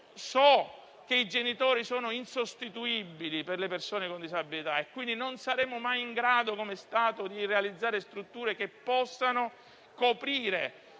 so che i genitori sono insostituibili per le persone con disabilità. Quindi, non saremo mai in grado, come Stato, di realizzare strutture che possano coprire